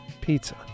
pizza